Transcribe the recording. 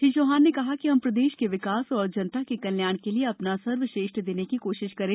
श्री चौहान ने कहा कि हम प्रदेश के विकास और जनता के कल्याण के लिये अपना सर्वश्रेष्ठ देने की कोशिश करें